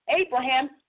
Abraham